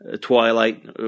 Twilight